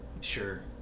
Sure